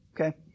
Okay